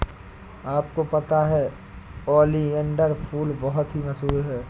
आपको पता है ओलियंडर फूल बहुत ही मशहूर है